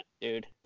dude